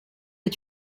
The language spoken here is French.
est